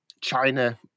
China